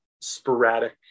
sporadic